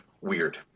Weird